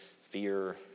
fear